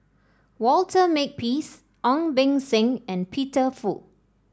Walter Makepeace Ong Beng Seng and Peter Fu